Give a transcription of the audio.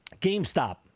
GameStop